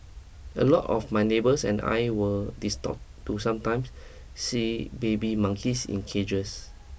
a lot of my neighbours and I were distort to sometimes see baby monkeys in cages